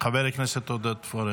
חבר הכנסת עודד פורר,